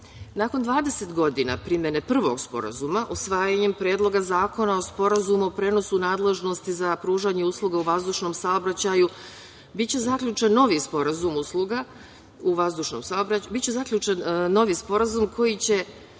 Gore. Nakon 20 godina primene prvog Sporazuma, usvajanjem Predloga zakona o Sporazumu o prenosu nadležnosti za pružanje usluga u vazdušnom saobraćaju biće zaključen novi sporazum kojim će